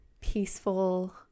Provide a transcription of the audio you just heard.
peaceful